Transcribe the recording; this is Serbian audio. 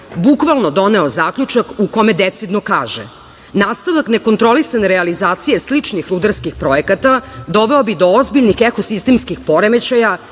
bukvalno doneo zaključak u kome decidno kaže - nastavak nekontrolisane realizacije sličnih rudarskih projekata doveo bi do ozbiljnih ekosistemskih poremećaja,